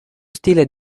stile